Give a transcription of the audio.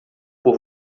por